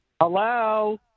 Hello